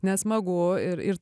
nesmagu ir ir